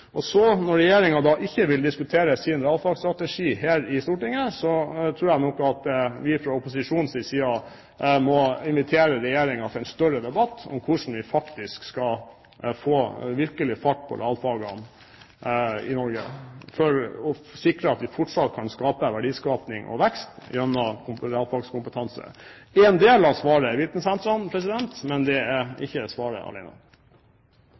Når Regjeringen ikke vil diskutere sin realfagsstrategi her i Stortinget, tror jeg nok at vi fra opposisjonens side må invitere Regjeringen til en større debatt om hvordan vi virkelig skal få fart på realfagene i Norge, for å sikre at vi fortsatt kan få verdiskaping og vekst gjennom realfagskompetanse. En del av svaret er vitensentrene, men det er ikke svaret alene. Dette er et spennende tema. Det er